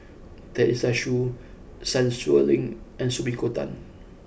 Teresa Hsu Sun Xueling and Sumiko Tan